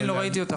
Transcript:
(מוצגת מצגת)